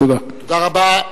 תודה רבה.